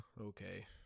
Okay